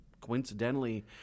coincidentally